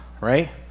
right